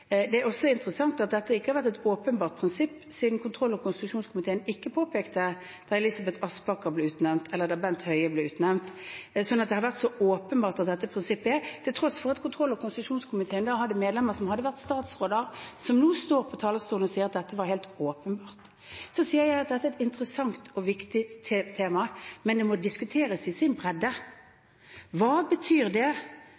Det er også interessant at dette ikke har vært et åpenbart prinsipp, siden kontroll- og konstitusjonskomiteen ikke påpekte det da Elisabeth Aspaker ble utnevnt, eller da Bent Høie ble utnevnt – har det da vært så åpenbart hva dette prinsippet er – til tross for at kontroll- og konstitusjonskomiteen da hadde medlemmer som hadde vært statsråder, som nå står på talerstolen og sier at dette var helt åpenbart. Så sier jeg at dette er et interessant og viktig tema, men det må diskuteres i hele sin